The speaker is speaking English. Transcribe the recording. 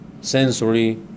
sensory